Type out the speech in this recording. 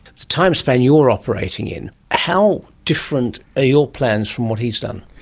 the timespan you are operating in, how different are your plans from what he has done?